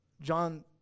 John